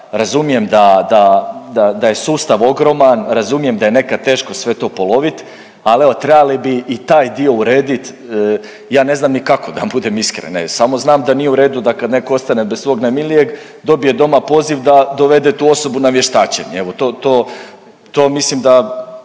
razumijem da je sustav ogroman, razumijem da je nekad teško sve to poloviti, ali evo, trebali bi i taj dio urediti, ja ne znam ni kako, da vam budem iskren, ne, samo znam da nije u redu da kad netko ostane bez svog najmilijeg, dobije doma poziv da dovede tu osobu na vještačenje,